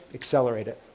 accelerate it.